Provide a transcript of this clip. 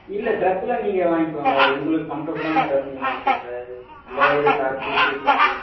இல்லை ட்ரெஸ்லாம் நீங்கள் வாங்கிக்கோங்க அது உங்களுக்கு கம்ஃபர்டபுலான ட்ரெஸ்ஸு நீங்கள் வாங்கிக்கோங்க அது லோயரு ஷார்ட்ஸு டீஷர்ட்டு